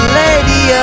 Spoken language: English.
lady